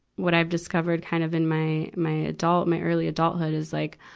what i've discovered kind of in my, my adult, my early adulthood is like,